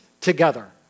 together